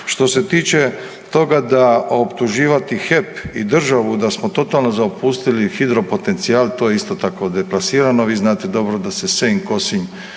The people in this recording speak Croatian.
Što se tiče toga da optuživati HEP i državu da smo totalno zaopustili hidropotencijal, to je isto tako deplasirano, vi znate dobro da se .../Govornik